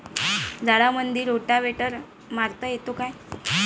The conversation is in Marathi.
झाडामंदी रोटावेटर मारता येतो काय?